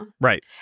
right